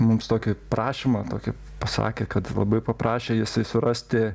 mums tokį prašymą tokį pasakė kad labai paprašė jisai surasti